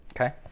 Okay